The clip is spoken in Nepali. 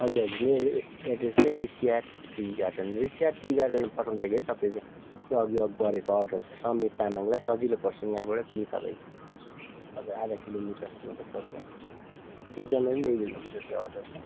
हजुर हजुर मेरो एड्रेस चाहिँ Rishihat tea garden Rishihat tea garden पठाउँदाखेरि तपाईँको त्यो अघि गरेको अर्डर थियो समीर तामाङलाई सजिलो पर्छ यहाँबाट त्यहीँ तलै तपाईँ आधा किलोमिटर जस्तो मात्रै पर्छ एकजनाले ल्याइदिँदा हुन्छ त्यो अर्डर चाहिँ